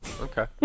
Okay